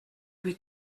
lui